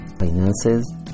finances